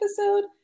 episode